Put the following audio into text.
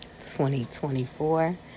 2024